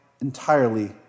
entirely